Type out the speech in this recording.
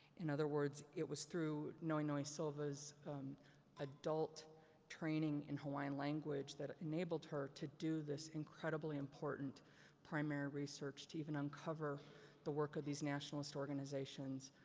in other words, it was through noenoe silva's adult training in hawaiian language that enabled her to do this incredibly important primary research to even uncover the work of these nationalist organizations.